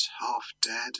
half-dead